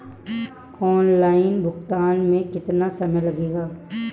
Online भुगतान में केतना समय लागेला?